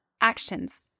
Actions